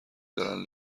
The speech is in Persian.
دارن